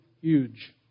huge